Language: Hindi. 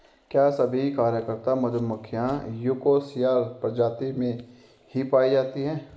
क्या सभी कार्यकर्ता मधुमक्खियां यूकोसियल प्रजाति में ही पाई जाती हैं?